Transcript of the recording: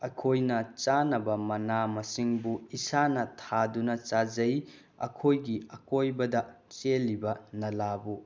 ꯑꯩꯈꯣꯏꯅ ꯆꯥꯅꯕ ꯃꯅꯥ ꯃꯁꯤꯡꯕꯨ ꯏꯁꯥꯅ ꯊꯥꯗꯨꯅ ꯆꯥꯖꯩ ꯑꯩꯈꯣꯏꯒꯤ ꯑꯀꯣꯏꯕꯗ ꯆꯦꯜꯂꯤꯕ ꯅꯂꯥꯕꯨ